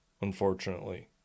Unfortunately